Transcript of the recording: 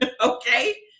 okay